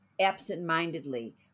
absentmindedly